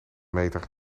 meter